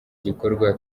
gikorwa